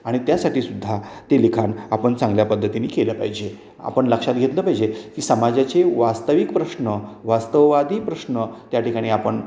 आणि त्यासाठी सुद्धा ते लिखाण आपण चांगल्या पद्धतीने केलं पाहिजे आपण लक्षात घेतलं पाहिजे की समाजाचे वास्तविक प्रश्न वास्तववादी प्रश्न त्या ठिकाणी आपण